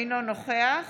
אינו נוכח